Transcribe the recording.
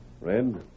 Red